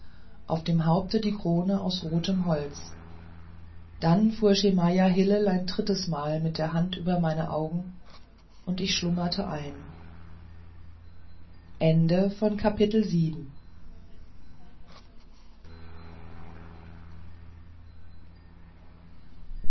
auf dem haupte die krone aus rotem holz dann fuhr schemajah hillel ein drittes mal mit der hand über meine augen und ich schlummerte ein